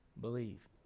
believe